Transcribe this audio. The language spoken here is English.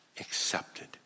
accepted